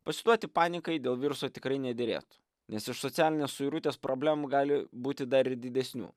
pasiduoti panikai dėl viruso tikrai nederėtų nes iš socialinės suirutės problemų gali būti dar ir didesnių